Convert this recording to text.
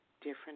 different